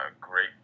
great